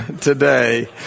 today